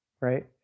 right